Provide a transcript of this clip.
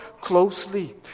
closely